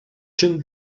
czym